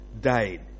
died